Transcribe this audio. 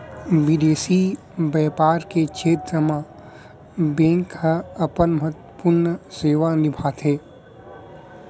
बिंदेसी बैपार के छेत्र म बेंक ह अपन महत्वपूर्न सेवा निभाथे